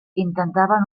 intentaven